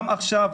גם עכשיו,